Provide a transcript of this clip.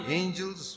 angels